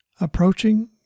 approaching